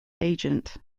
agent